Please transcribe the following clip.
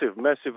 massive